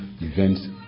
events